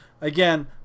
Again